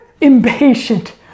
impatient